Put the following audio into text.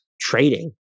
trading